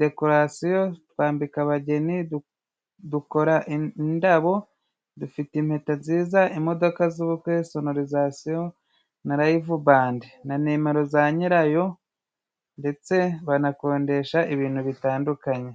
Dekorasiyo twambika:Abageni ,dukora indabo, dufite impeta nziza imodoka z'ubukwe Sonolizasiyo na Layive bande, na nimero za nyirayo ndetse banakodesha ibintu bitandukanye.